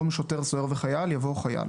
של חברת הכנסת מירב בן ארי.